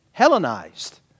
Hellenized